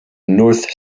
north